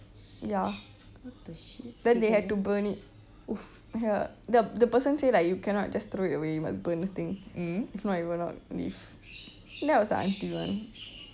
ya then they had to burn it ya the the person say like you cannot just throw it away you must burn the thing if not it will not leave then that was the aunty [one]